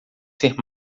ser